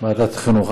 ועדת החינוך.